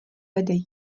vede